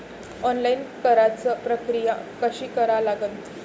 Online कराच प्रक्रिया कशी करा लागन?